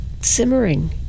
simmering